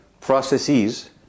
processes